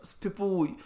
people